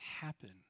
happen